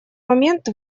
момент